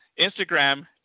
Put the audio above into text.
Instagram